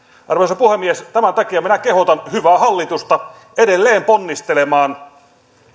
arvoisa puhemies tämä takia minä kehotan hyvää hallitusta edelleen ponnistelemaan